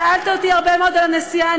שאלת אותי הרבה מאוד על הנשיאה.